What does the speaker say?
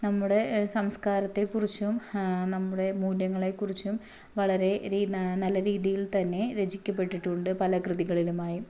നമ്മുടെ സംസ്കാരത്തെക്കുറിച്ചുംനമ്മുടെ മൂല്യങ്ങളെക്കുറിച്ചും വളരെ നല്ല രീതിയിൽ തന്നെ രചിക്കപ്പെട്ടിട്ടുണ്ട് പല കൃതികളിലും ആയി